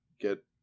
get